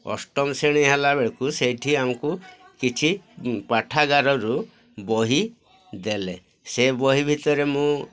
ଅଷ୍ଟମ ଶ୍ରେଣୀ ହେଲା ବେଳକୁ ସେଇଠି ଆମକୁ କିଛି ପାଠାଗାରରୁ ବହି ଦେଲେ ସେ ବହି ଭିତରେ ମୁଁ